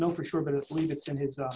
know for sure but at least it's in his